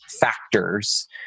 factors